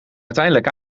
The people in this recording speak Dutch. uiteindelijk